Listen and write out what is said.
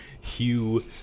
Hugh